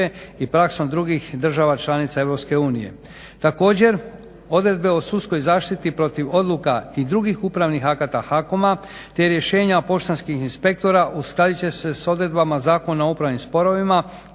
i praksom drugih država članica Europske unije. Također odredbe o sudskoj zaštiti protiv odluka i drugih upravnih akata HAKOM-a te rješenja o poštanskim inspektora uskladiti će se sa odredbama Zakona o upravnim sporovima